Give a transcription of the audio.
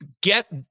get